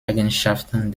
eigenschaften